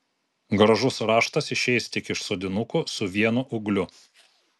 gražus raštas išeis tik iš sodinukų su vienu ūgliu